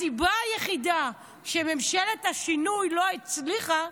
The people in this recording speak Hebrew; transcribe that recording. הסיבה היחידה שממשלת השינוי לא הצליחה,